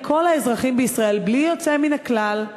על כל האזרחים בישראל בלי יוצא מן הכלל,